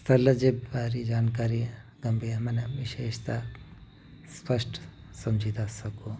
स्थल जी ॿाहिरी जानकारी कबी आहे माना विशेषता स्पष्ट समुझी था सघूं